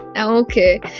Okay